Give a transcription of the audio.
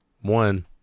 one